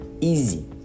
easy